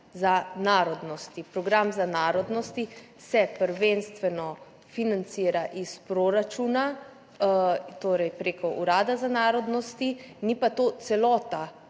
za narodnosti. Program za narodnosti se prvenstveno financira iz proračuna, torej prek Urada za narodnosti, ni pa to celota,